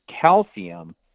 calcium